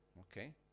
Okay